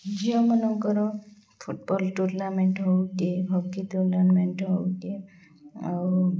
ଝିଅମାନଙ୍କର football tournament ହଉ କି ହକି ଟୁର୍ଣ୍ଣାମେଣ୍ଟ ହଉ କି ଆଉ